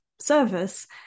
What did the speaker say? service